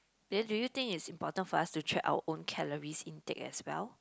then do you think it's important for us to check our own calories intake as well